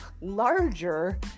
larger